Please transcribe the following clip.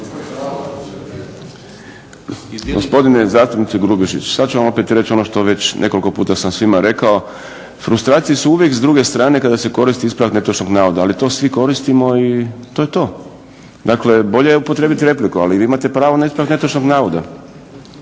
Gospodine zastupniče Grubišić sada ću vam opet reći ono što sam već nekoliko puta svima rekao, frustracije su uvijek s druge strane kada se koristi ispravak netočnog navoda ali to svi koristimo i to je to. Dakle, bolje je upotrijebiti repliku ali vi imate pravo na ispravak netočnog navoda.